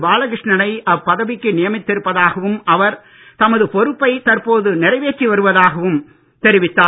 பாலகிருஷ்ணனை அப்பதவிக்கு நியமித்து இருப்பதாகவும் அவர் தமது பொறுப்பை தற்போது நிறைவேற்றி வருவதாகவும் அவர் தெரிவித்தார்